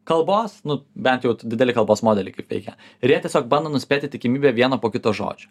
kalbos nu bent jau dideli kalbos modeliai kaip veikia ir jie tiesiog bando nuspėti tikimybę vieną po kito žodžio